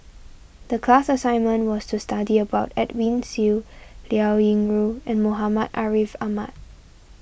the class assignment was to study about Edwin Siew Liao Yingru and Muhammad Ariff Ahmad